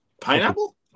Pineapple